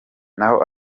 naho